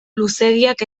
luzeegiak